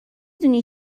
دونی